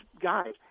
guys